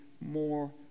more